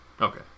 Okay